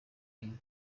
yagiye